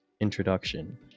introduction